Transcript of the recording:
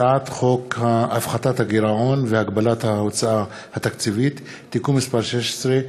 הצעת חוק הפחתת הגירעון והגבלת ההוצאה התקציבית (תיקון מס' 16),